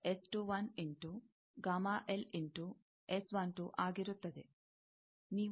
ಇದು ಒಂದು ಇಂಟು ಇಂಟು ಇಂಟು ಆಗಿರುತ್ತದೆ